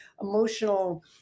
emotional